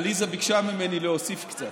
עליזה ביקשה ממני להוסיף קצת.